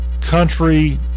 country